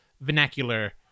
vernacular